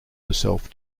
herself